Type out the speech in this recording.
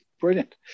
Brilliant